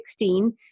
2016